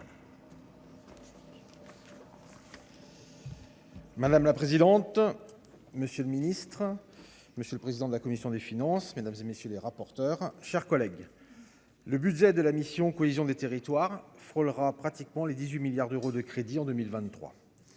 Madame la présidente, monsieur le ministre, monsieur le président de la commission des finances, mesdames et messieurs les rapporteurs, chers collègues, le budget de la mission cohésion des territoires frôlera pratiquement les 18 milliards d'euros de crédits en 2023,